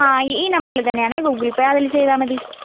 ആ ഈ നമ്പറിൽ തന്നെയാണേ ഗൂഗിൾ പേ അതിൽ ചെയ്താൽ മതി